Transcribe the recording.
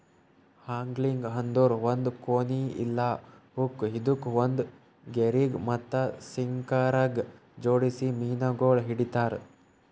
angling ಅಂದುರ್ ಒಂದ್ ಕೋನಿ ಇಲ್ಲಾ ಹುಕ್ ಇದುಕ್ ಒಂದ್ ಗೆರಿಗ್ ಮತ್ತ ಸಿಂಕರಗ್ ಜೋಡಿಸಿ ಮೀನಗೊಳ್ ಹಿಡಿತಾರ್